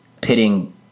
pitting